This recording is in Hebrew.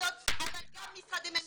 --- אבל גם משרדי ממשלה.